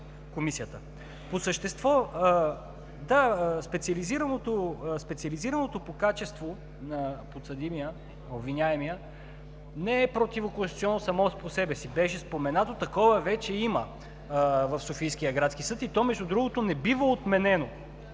По същество, да, специализираното по качество на подсъдимия, на обвиняемия, не е противоконституционно само по себе си. Беше споменато, такова вече има в Софийския градски съд и то, между другото, не бива отменено